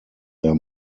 their